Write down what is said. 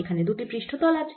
এখানে দুটি পৃষ্ঠতল আছে